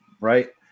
right